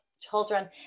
children